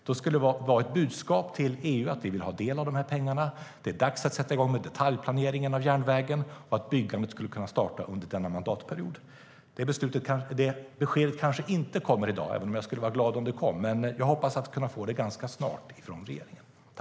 Det skulle vara ett budskap till EU att vi vill ha del av dessa pengar. Det är nu dags att sätta i gång med detaljplaneringen av järnvägen, och byggandet skulle kunna starta under denna mandatperiod. Det beskedet kanske inte kommer i dag, även om jag skulle vara glad om det kom. Men jag hoppas att få det ganska snart från regeringen.